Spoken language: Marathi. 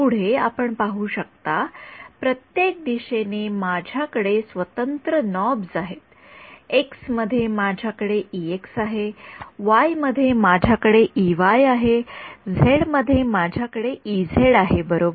पुढे आपण पाहू शकता प्रत्येक दिशेने माझ्या कडे स्वतंत्र नॉब्स आहेत X मध्ये माझ्या कडे आहे y मध्ये माझ्या कडे आहे z मध्ये माझ्या कडे आहे बरोबर